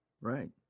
right